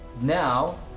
Now